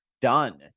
done